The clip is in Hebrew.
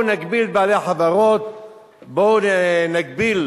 בואו נגביל